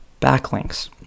Backlinks